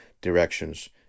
directions